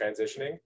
transitioning